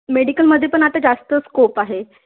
मेडिकलमध्ये पण आता जास्त स्कोप आहे